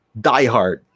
diehard